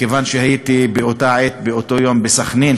מכיוון שהייתי באותה עת ובאותו יום בסח'נין,